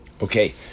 Okay